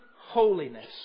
holiness